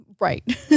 Right